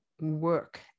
work